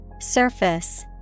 Surface